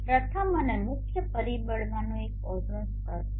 પ્રથમ અને મુખ્ય પરિબળોમાંનું એક ઓઝોન સ્તર છે